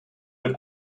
mit